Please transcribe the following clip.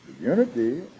Unity